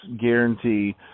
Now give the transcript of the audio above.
guarantee